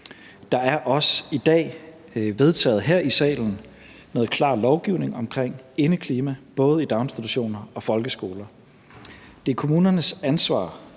Der er også vedtaget noget klar lovgivning her i salen omkring indeklima, både i daginstitutioner og i folkeskoler. Det er kommunernes ansvar,